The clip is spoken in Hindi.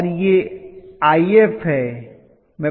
और यह If है